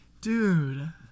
Dude